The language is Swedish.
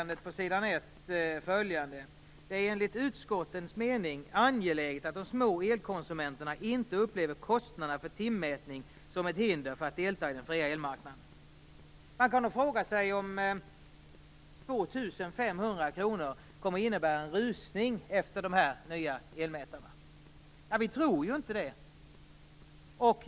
"Det är, enligt utskottets mening, angeläget att de små elkonsumenterna inte upplever kostnaderna för timmätning som ett hinder för att delta i den fria elmarknaden." Man kan fråga sig om 2 500 kr kommer att innebära en rusning efter dessa nya elmätare. Vi tror inte det.